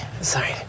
Sorry